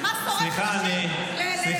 מה שורף לי, תשאיר לסיטואציות אחרות, תודה.